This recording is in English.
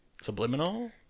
subliminal